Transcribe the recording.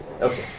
Okay